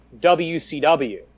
WCW